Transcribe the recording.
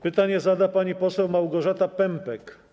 Pytanie zada pani poseł Małgorzata Pępek.